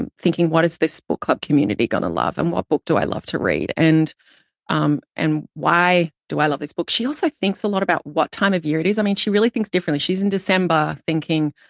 and thinking, what is this book club community gonna love? and what book do i love to read? and um and why do i love this book? she also thinks a lot about what time of year it is. i mean, she really thinks differently. she's in december thinking,